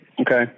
Okay